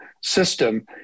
system